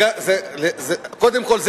קודם כול,